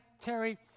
Terry